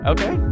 Okay